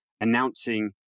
announcing